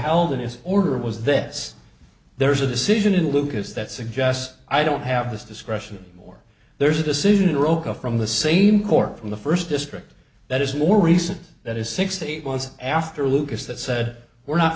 held in his order was this there's a decision in lucas that suggests i don't have this discretion or there's a decision rocha from the same court from the first district that is more recent that is six to eight months after lucas that said we're not